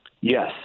Yes